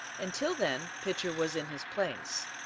and till then pitcher was in his place.